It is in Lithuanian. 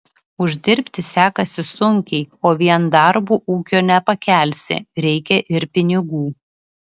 uždirbti sekasi sunkiai o vien darbu ūkio nepakelsi reikia ir pinigų